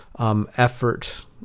Effort